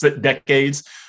decades